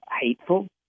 hateful